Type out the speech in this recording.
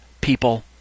people